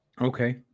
okay